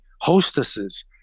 hostesses